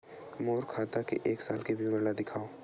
मोर खाता के एक साल के विवरण ल दिखाव?